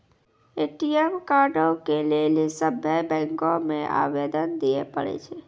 ATM कार्डो के लेली अपनो बैंको मे आवेदन दिये पड़ै छै